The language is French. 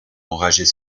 enrager